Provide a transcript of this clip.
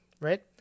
Right